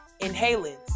inhalants